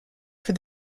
for